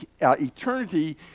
eternity